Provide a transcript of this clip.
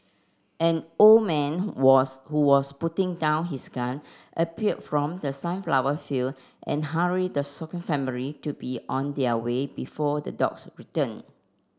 an old man was who was putting down his gun appeared from the sunflower field and hurried the shaken family to be on their way before the dogs return